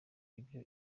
ibyo